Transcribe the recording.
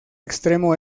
extremo